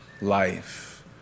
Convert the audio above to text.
life